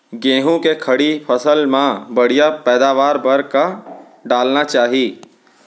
गेहूँ के खड़ी फसल मा बढ़िया पैदावार बर का डालना चाही?